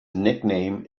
nickname